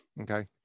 okay